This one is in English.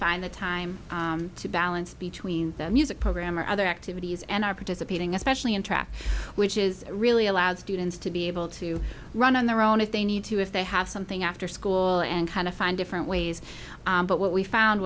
find the time to balance between music program or other activities and are participating especially in track which is really allowed students to be able to run on their own if they need to if they have something after school and kind of find different ways but what we found